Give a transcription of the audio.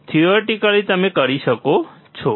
તેથી થિયોરિટિકલી તમે કરી શકો છો